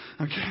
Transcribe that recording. Okay